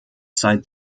seit